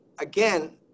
again